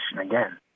again